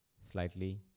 slightly